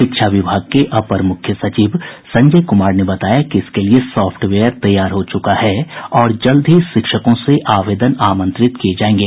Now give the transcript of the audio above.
शिक्षा विभाग के अपर मुख्य सचिव संजय कुमार ने बताया कि इसके लिए सॉफ्टवेयर तैयार हो चुका है और जल्द ही शिक्षकों से आवेदन आमंत्रित किये जायेंगे